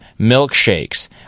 milkshakes